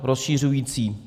Rozšiřující.